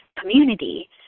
community